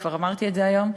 וכבר אמרתי את זה היום,